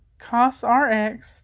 COSRX